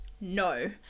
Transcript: No